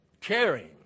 caring